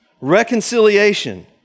reconciliation